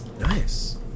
Nice